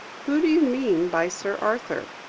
who do you mean by sir arthur?